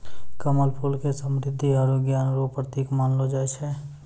कमल फूल के समृद्धि आरु ज्ञान रो प्रतिक मानलो जाय छै